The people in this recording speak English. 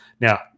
Now